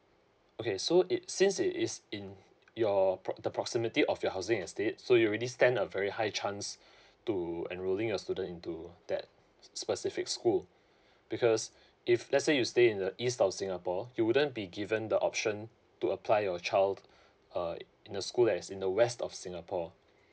okay so it since it is in your pro~ the proximity of your housing estate so you already stand a very high chance to enrolling your student into that specific school because if let's say you stay in the east of singapore you wouldn't be given the option to apply your child uh in a school as in the west of singapore